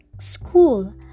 school